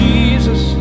Jesus